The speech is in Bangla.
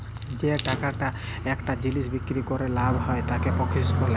যে টাকাটা একটা জিলিস বিক্রি ক্যরে লাভ হ্যয় তাকে প্রফিট ব্যলে